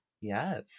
Yes